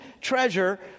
treasure